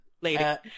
Later